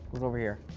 move over here.